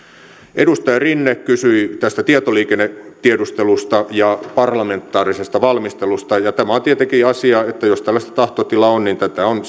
edustaja rinne kysyi tästä tietoliikennetiedustelusta ja parlamentaarisesta valmistelusta ja tämä on tietenkin sellainen asia että jos tällaista tahtotilaa on niin tästä on